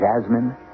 jasmine